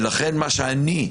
ולכן מה שאני,